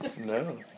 No